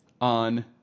on